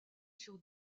sur